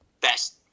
best